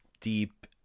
deep